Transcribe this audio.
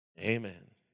Amen